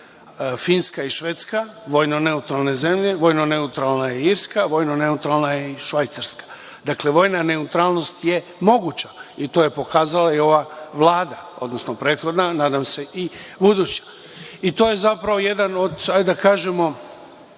Finska i Švedska vojno neutralne zemlje, vojno neutralna je Irska, vojno neutralna je i Švajcarska. Dakle, vojna neutralnost je moguća i to je pokazala i ova Vlada, odnosno prethodna a nadam se i buduća. To je, zapravo, jedan od, hajde da kažemo,